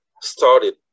started